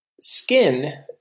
Skin